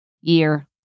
year